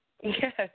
Yes